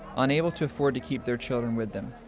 unable to afford to keep their children with them,